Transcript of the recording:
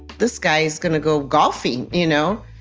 this guy is going to go golfing, you know.